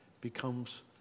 becomes